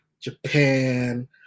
Japan